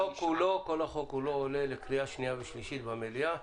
החוק כולו עולה לקריאה שנייה ושלישית במליאה.